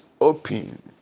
open